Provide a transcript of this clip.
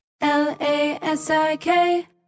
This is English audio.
L-A-S-I-K